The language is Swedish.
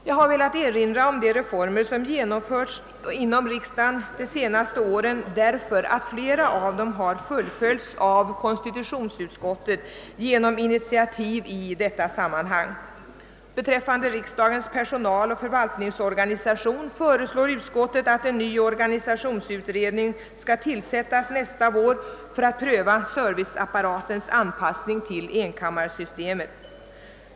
Jag har velat erinra om de reformer som genomförts inom riksdagen de senaste åren, därför att flera av dem har fullföljts av konstitutionsutskottet genom initiativ i detta sammanhang. Beträffande riksdagens personaloch förvaltningsorganisation förslår utskottet att en ny organisationsutredning skall tillsättas nästa vår för att pröva serviceapparatens anpassning till enkammarsystemet.